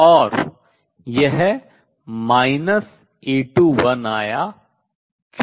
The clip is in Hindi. और यह A21 आया